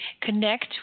connect